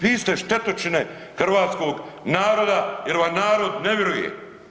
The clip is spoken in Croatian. Vi ste štetočine hrvatskog naroda jer vam narod ne viruje.